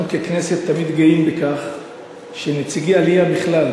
אנחנו ככנסת תמיד גאים בכך שנציגי עלייה בכלל,